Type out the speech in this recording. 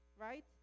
right